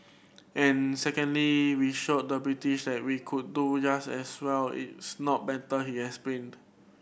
and secondly we showed the British that we could do just as well it's not better he explained